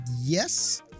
yes